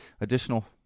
additional